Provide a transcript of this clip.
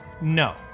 No